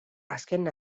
azken